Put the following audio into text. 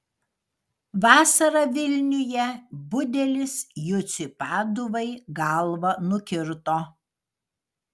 vasarą vilniuje budelis juciui paduvai galvą nukirto